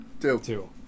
Two